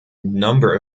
number